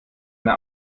eine